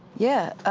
yeah.